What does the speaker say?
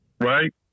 right